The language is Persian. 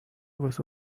واسه